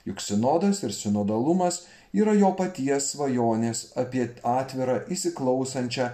juk sinodas ir sinodalumas yra jo paties svajonės apie atvirą įsiklausančią